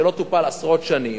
שלא טופל עשרות שנים,